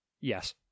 Yes